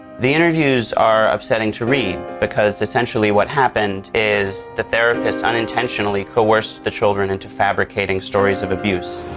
the interviews are upsetting to read because essentially what happened is the therapist unintentionally coerced the children into fabricating stories of abuse.